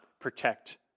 protect